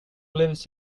lives